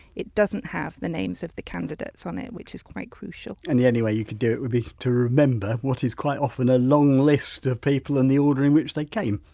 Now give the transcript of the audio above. it doesn't have the names of the candidates on it, which is quite crucial. whiteand and the only way you could do it would be to remember what is quite often a long list of people and the order in which they came.